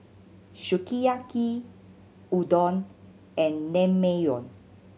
Sukiyaki Udon and Naengmyeon